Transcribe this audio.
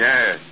Yes